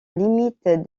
limite